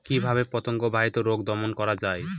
কিভাবে পতঙ্গ বাহিত রোগ দমন করা যায়?